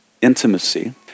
intimacy